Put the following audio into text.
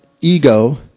ego